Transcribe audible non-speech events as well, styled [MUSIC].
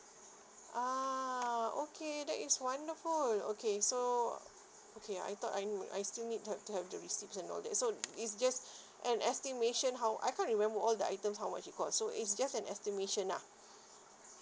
ah okay that is wonderful okay so okay I thought I I still need to have to have the receipts and all that so it's just [BREATH] an estimation how I can't remember all the items how much it cost so it's just an estimation ah